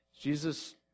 Jesus